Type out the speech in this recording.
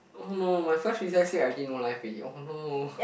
no my first recess I did no life already oh no